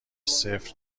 صفر